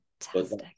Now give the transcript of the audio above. fantastic